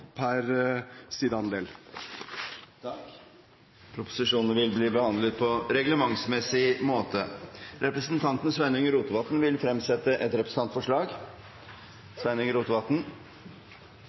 vil bli behandlet på reglementsmessig måte.